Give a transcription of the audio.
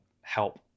help